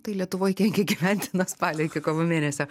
tai lietuvoj kenkia gyventi nuo spalio iki kovo mėnesio